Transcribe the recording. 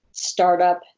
startup